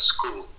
School